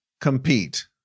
Compete